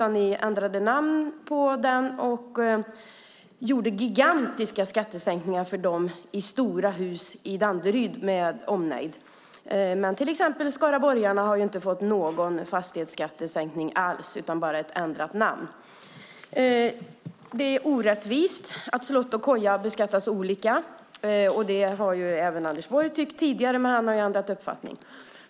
Ni ändrade namn på den och gjorde gigantiska skattesänkningar för dem som bor i stora hus i Danderyd med omnejd medan till exempel skaraborgarna inte har fått någon fastighetsskattesänkning alls utan bara ett ändrat namn på skatten. Det är orättvist att slott och koja beskattas lika. Det har även Anders Borg tyckt tidigare, men han har ändrat uppfattning.